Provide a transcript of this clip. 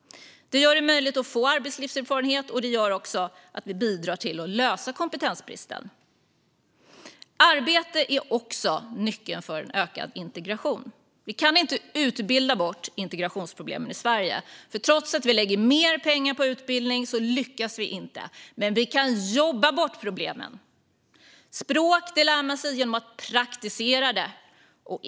Det gör det möjligt att få arbetslivserfarenhet och bidrar till att lösa kompetensbristen. Arbete är också nyckeln till ökad integration. Vi kan inte utbilda bort integrationsproblemen i Sverige, för trots att vi lägger mer pengar på utbildning lyckas vi inte. Men vi kan jobba bort problemen. Ett språk lär man sig genom att praktisera det.